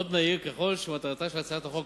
עוד נעיר כי ככל שמטרתה של הצעת החוק